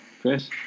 Chris